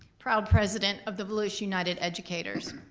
proud president of the lewis united educators.